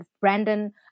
brandon